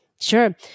Sure